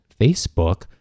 Facebook